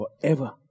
forever